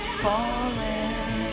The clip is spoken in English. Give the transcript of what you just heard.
falling